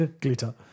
Glitter